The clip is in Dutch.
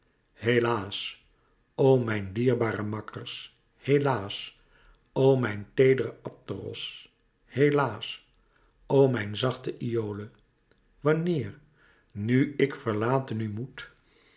helaas o mijn dierbare makkers helaas o mijn teedere abderos helaas o mijn zachte iole wanneer nu ik verlaten u moet